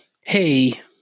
hey